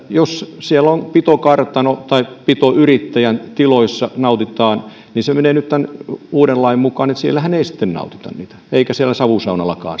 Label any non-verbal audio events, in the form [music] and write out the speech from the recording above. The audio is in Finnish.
jos siellä pitokartanon tai pitoyrittäjän tiloissa nautitaan alkoholia ja se menee nyt tämän uuden lain mukaan niin siellähän ei sitten nautita sitä eikä siellä savusaunallakaan [unintelligible]